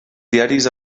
diaris